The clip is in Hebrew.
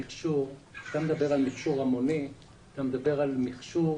אתה מדבר על מכשור המוני, אתה מדבר על מכשור